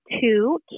two